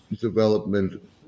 development